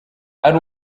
ari